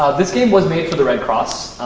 this game was made for the red cross.